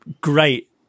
great